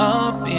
up